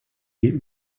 get